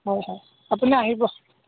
হয় হয় আপুনি আহিব